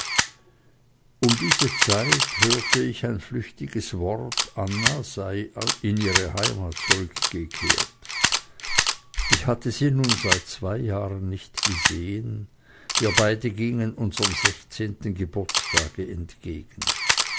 um diese zeit hörte ich ein flüchtiges wort anna sei in ihre heimat zurückgekehrt ich hatte sie nun seit zwei jahren nicht gesehen wir beide gingen unserm sechszehnten geburtstage entgegen